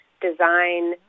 design